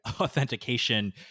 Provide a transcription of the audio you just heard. authentication